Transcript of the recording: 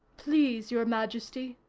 please, your majesty,